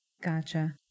Gotcha